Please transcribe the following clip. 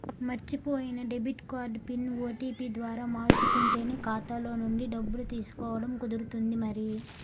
మర్చిపోయిన debit card PIN, OTP ద్వారా మార్చుకుంటేనే ఖాతాలో నుండి డబ్బులు తీసుకోవడం కుదురుతుంది మరి